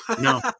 No